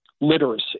literacy